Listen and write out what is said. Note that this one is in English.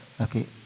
Okay